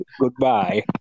goodbye